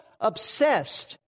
obsessed